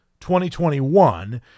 2021